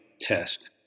test